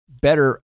better